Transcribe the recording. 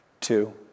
two